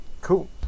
Cool